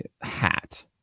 Hat